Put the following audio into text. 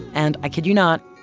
and, i kid you not,